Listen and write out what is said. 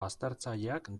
baztertzaileak